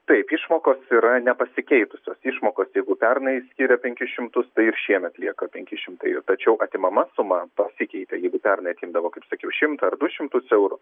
taip išmokos yra nepasikeitusios išmokos jeigu pernai skyrė penkis šimtus tai ir šiemet lieka penki šimtai tačiau atimama suma pasikeitė jeigu pernai atimdavo kaip sakiau šimtą ar du šimtus eurų